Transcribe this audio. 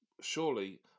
surely